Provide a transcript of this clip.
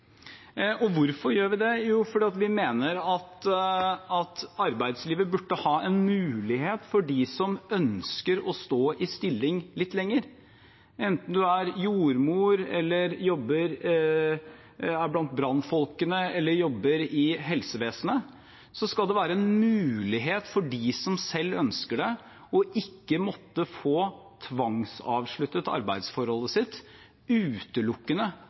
Hvorfor gjør vi dette? Jo, fordi vi mener at arbeidslivet burde ha en mulighet for dem som ønsker å stå i stillingen litt lenger. Enten man er jordmor, er blant brannfolkene eller jobber i helsevesenet, skal det være en mulighet for dem som selv ønsker det, ikke å måtte få tvangsavsluttet arbeidsforholdet sitt utelukkende